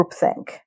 groupthink